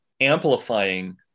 amplifying